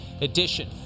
edition